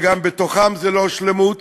וגם בתוכן אין שלמוּת.